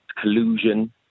collusion